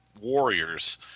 warriors